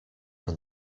from